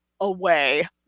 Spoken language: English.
away